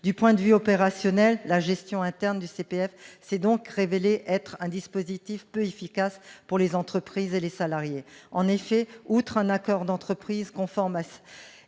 Du point de vue opérationnel, la gestion interne du CPF s'est donc révélée être un dispositif peu efficace pour les entreprises et les salariés. En effet, outre un accord d'entreprise conforme et